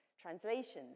translations